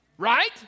Right